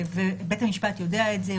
ובית המשפט יודע את זה,